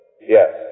Yes